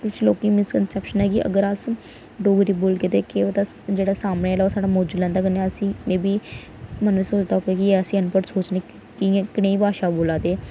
कुछ लोकें गी मिसकंसेप्शन आइया कि अगर अस ते जेह्ड़ा ओह् साढ़ा मौजू लैंदा ते में प्ही मनै गी सोचदा होग कि असें ई अनपढ़ सोचने कि'यां कनेही भाशा बोल्ला दे